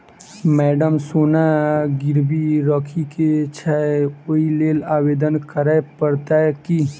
Madam सोना गिरबी राखि केँ छैय ओई लेल आवेदन करै परतै की?